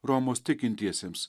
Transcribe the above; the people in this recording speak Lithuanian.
romos tikintiesiems